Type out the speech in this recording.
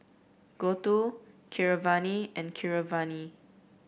Gouthu Keeravani and Keeravani